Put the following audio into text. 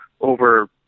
over